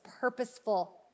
purposeful